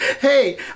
Hey